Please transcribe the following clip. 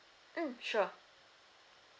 mm sure